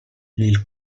nel